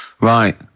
Right